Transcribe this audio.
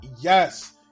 yes